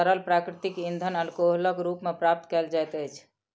तरल प्राकृतिक इंधन अल्कोहलक रूप मे प्राप्त कयल जाइत अछि